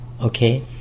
okay